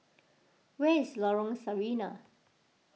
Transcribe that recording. where is Lorong Sarina